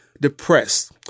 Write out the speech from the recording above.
depressed